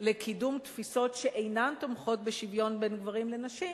לקידום תפיסות שאינן תומכות בשוויון בין גברים לנשים,